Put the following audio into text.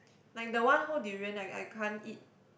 like the one whole durian I I can't eat